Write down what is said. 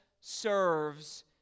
serves